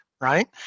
right